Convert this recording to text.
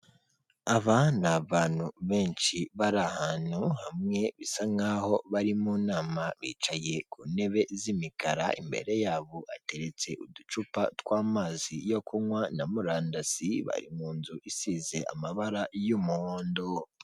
Aba ni abantu benshi bari ahantu hamwe bisa nkaho bari mu nama bicaye ku ntebe z'imikara imbere yabo hateretse uducupa tw'amazi yo kunywa na murandasi bari mu nzu isize amabara y'umuhondo.